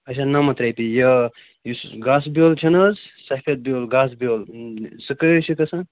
اَچھا نَمَتھ رۄپیہِ یہِ یُس گاسہٕ بیٛوٚل چھُنہٕ حظ سفید بیٛوٚل گاسہٕ بیٛوٚل سُہ کٔہۍ حظ چھُ گژھان